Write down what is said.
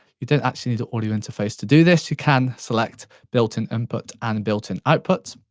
you don't actually need a audio interface to do this. you can select built-in input and built-in output.